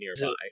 nearby